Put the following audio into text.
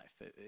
life